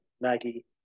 Maggie